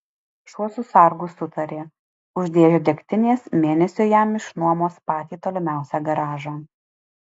šuo su sargu sutarė už dėžę degtinės mėnesiui jam išnuomos patį tolimiausią garažą